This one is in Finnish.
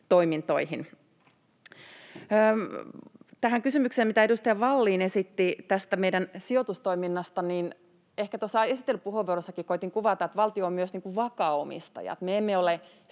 toimintoihin. Tähän kysymykseen, mitä edustaja Vallin esitti meidän sijoitustoiminnastamme: Ehkä tuossa esittelypuheenvuorossanikin koetin kuvata, että valtio on myös vakaa omistaja. Me emme ole